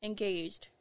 Engaged